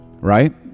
right